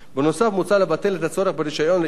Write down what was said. מוצע לבטל את הצורך ברשיון לעיסוק בייעוץ